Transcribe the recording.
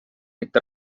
mitte